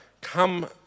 come